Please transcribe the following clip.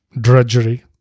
drudgery